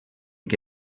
que